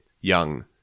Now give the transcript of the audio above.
young